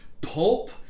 pulp